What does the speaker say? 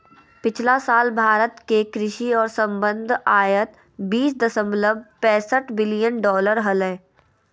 पिछला साल भारत के कृषि और संबद्ध आयात बीस दशमलव पैसठ बिलियन डॉलर हलय